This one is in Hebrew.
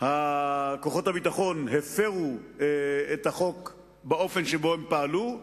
כוחות הביטחון הפירו את החוק באופן שבו הם פעלו,